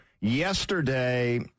yesterday